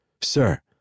Sir